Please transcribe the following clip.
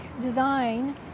design